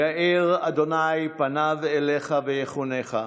יאר ה' פניו אליך וִיחֻנֶּךָּ.